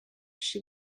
she